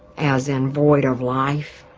as in void of life